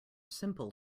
simple